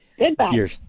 Goodbye